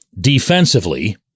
defensively